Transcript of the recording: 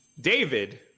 David